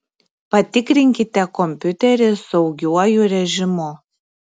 patikrinkite kompiuterį saugiuoju režimu